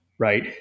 Right